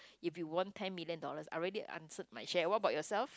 if you won ten million dollars I already answered my share what about yourself